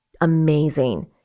amazing